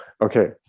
Okay